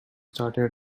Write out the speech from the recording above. started